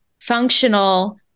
functional